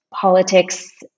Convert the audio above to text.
politics